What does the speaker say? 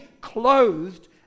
clothed